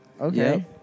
Okay